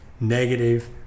negative